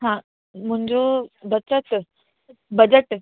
हा मुंहिंजो बचत बजट